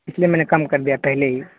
اس لیے میں نے کم کر دیا پہلے ہی